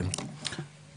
עוד משהו מיכאל?